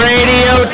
Radio